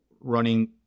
running